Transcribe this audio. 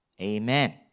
amen